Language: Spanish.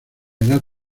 edad